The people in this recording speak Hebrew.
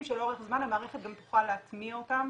שלאורך זמן המערכת גם תוכל להטמיע אותם,